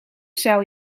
zou